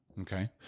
Okay